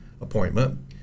appointment